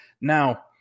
Now